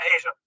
Asia